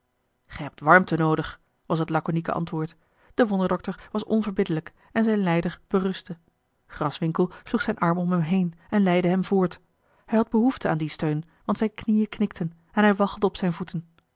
gij hebt warmte noodig was het laconieke antwoord de wonderdokter was onverbiddelijk en zijn lijder berustte graswinckel sloeg zijn arm om hem heen en leidde hem voort hij had behoefte aan dien steun want zijne knieën knikten en hij waggelde op zijne voeten